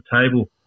table